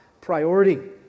priority